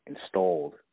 installed